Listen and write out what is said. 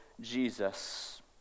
Jesus